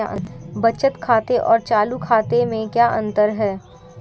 बचत खाते और चालू खाते में क्या अंतर है?